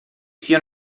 sia